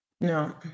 No